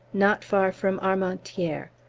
not far from armentieres,